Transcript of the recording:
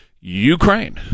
ukraine